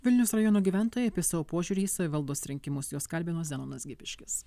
vilniaus rajono gyventojai apie savo požiūrį į savivaldos rinkimus juos kalbino zenonas gipiškis